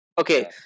Okay